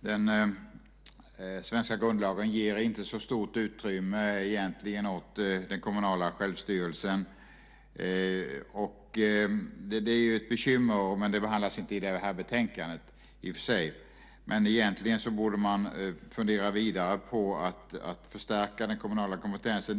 den svenska grundlagen egentligen inte ger så stort utrymme åt den kommunala självstyrelsen. Det är ett bekymmer. Det behandlas i och för sig inte i det här betänkandet, men egentligen borde man fundera vidare på att förstärka den kommunala kompetensen.